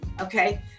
okay